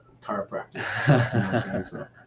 chiropractic